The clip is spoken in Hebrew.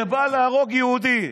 שבא להרוג יהודי.